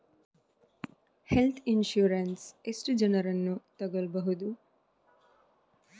Health insurance ಎಷ್ಟು ಜನರನ್ನು ತಗೊಳ್ಬಹುದು?